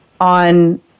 on